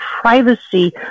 Privacy